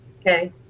Okay